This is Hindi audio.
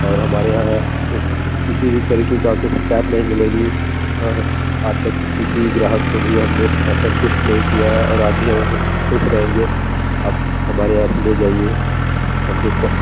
और हमारे यहाँ किसी भी तरीक़े की आपको शिकायत नहीं मिलेगी आज तक किसी ग्राहक को भी हमने असंतुष्ट नहीं किया है और आप भी हमारे से खुश रहेंगे आप हमारे यहाँ से ले जाइए